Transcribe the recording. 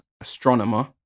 Astronomer